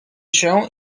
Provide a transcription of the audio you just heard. się